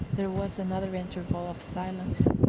there was another interval of silence.